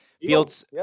fields